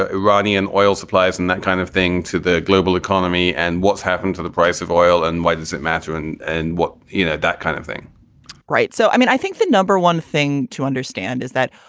ah iranian oil supplies and that kind of thing to the global economy? and what's happened to the price of oil and why does it matter? and and what, you know, that kind of thing right. so, i mean, i think the number one thing to understand is that,